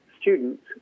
students